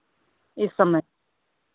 इस समय